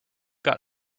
got